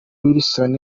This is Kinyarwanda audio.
wilson